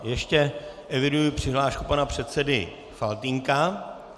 Ještě eviduji přihlášku pana předsedy Faltýnka.